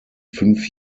fünf